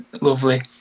lovely